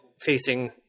facing